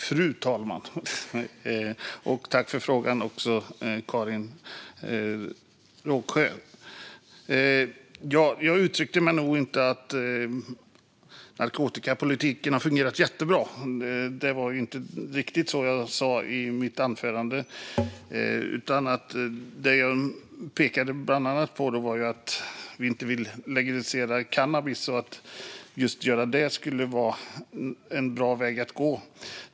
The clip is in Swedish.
Fru talman! Jag tackar Karin Rågsjö för frågan. Jag uttryckte nog inte att narkotikapolitiken har fungerat jättebra. Det var inte riktigt det jag sa i mitt anförande. Det som jag bland annat pekade på var att vi inte vill legalisera cannabis och att det inte skulle vara en bra väg att gå.